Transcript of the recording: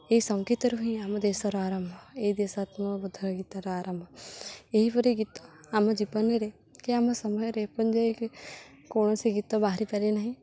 ଏହି ସଙ୍ଗୀତରୁ ହିଁ ଆମ ଦେଶର ଆରମ୍ଭ ଏହି ଦେଶାତ୍ମବୋଧକ ଗୀତର ଆରମ୍ଭ ଏହିପରି ଗୀତ ଆମ ଜୀବନରେ କି ଆମ ସମୟରେ ଏପର୍ଯ୍ୟନ୍ତ ଯାଇକି କୌଣସି ଗୀତ ବାହାରି ପାରି ନାହିଁ